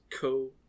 co